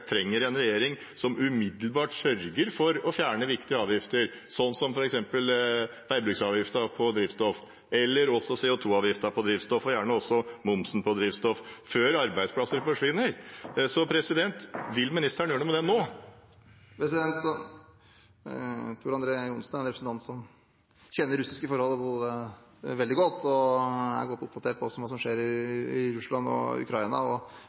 trenger en regjering som umiddelbart sørger for å fjerne viktige avgifter – som f.eks. veibruksavgiften på drivstoff eller CO 2 -avgift på drivstoff, gjerne også momsen på drivstoff – før arbeidsplasser forsvinner. Vil ministeren gjøre noe med det nå? Tor André Johnsen er en representant som kjenner russiske forhold veldig godt, og hane er godt oppdatert på hva som skjer i Russland og Ukraina. Han vet at det er en sammenheng mellom den konflikten som der skjer og